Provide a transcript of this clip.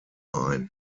ein